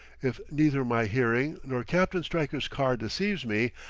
if neither my hearing nor captain stryker's car deceives me,